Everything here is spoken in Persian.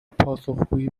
پاسخگویی